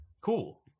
Cool